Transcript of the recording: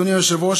אדוני היושב-ראש,